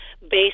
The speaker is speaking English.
based